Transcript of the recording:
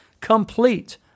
Complete